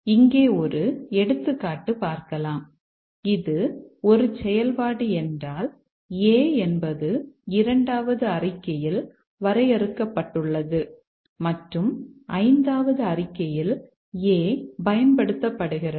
இங்கே ஒரு எடுத்துக்காட்டு பார்க்கலாம் இது ஒரு செயல்பாடு என்றால் a என்பது இரண்டாவது அறிக்கையில் வரையறுக்கப்பட்டுள்ளது மற்றும் ஐந்தாவது அறிக்கையில் a பயன்படுத்தப்படுகிறது